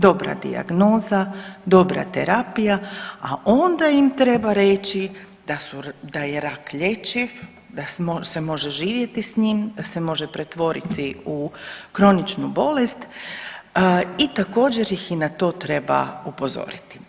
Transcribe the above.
Dobra dijagnoza, dobra terapija a onda im treba reći da je rak lječiv, da se može živjeti s njim, da se može pretvoriti u kroničnu bolest i također ih i na to treba upozoriti.